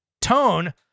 tone